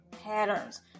patterns